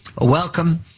welcome